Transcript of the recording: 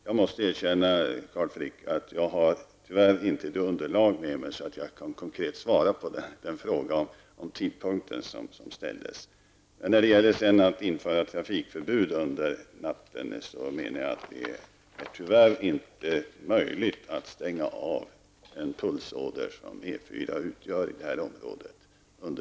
Jag måste erkänna, Carl Frick, att jag tyvärr inte har något underlag med mig för att konkret kunna svara på den fråga som ställdes om tidpunkten. När det gäller införande av ett trafikförbud under nattetid, är det tyvärr inte möjligt att under så lång tid stänga av en sådan pulsåder som E 4 utgör i detta område.